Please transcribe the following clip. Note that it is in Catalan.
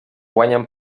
guanyen